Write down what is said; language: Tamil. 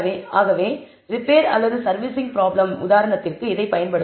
ஆகவே ரிப்பேர் அல்லது சர்வீசிங் ப்ராப்ளம் உதாரணத்திற்கு இதைப் பயன்படுத்துவோம்